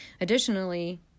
Additionally